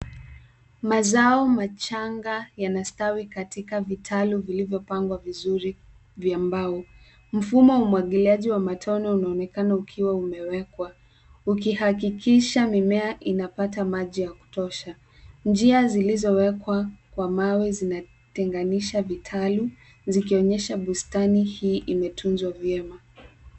Mazao machanga yanastawi kati vitalu vilivyopangwa vizuri vya mbao. Mfumo wa umwagiliaji wa matone unaonekana ukiwa umewekwa. Ukihakikisha mimea inapata maji ya kutosha. Niia zilizowekwa kwa mawe, zinatenganisha vitalu, vikionyesha bustani hii imetunzwa vyema.